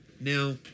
Now